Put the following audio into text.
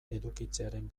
edukitzearen